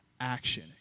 action